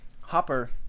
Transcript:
Hopper